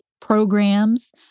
programs